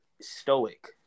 stoic